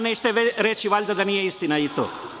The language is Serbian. Nećete reći valjda da nije istina i to?